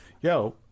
Yo